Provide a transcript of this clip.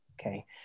okay